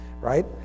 right